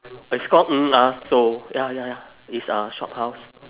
it's called ng ah sio ya ya ya it's a shophouse